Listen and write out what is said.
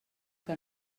que